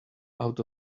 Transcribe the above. out